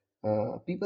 People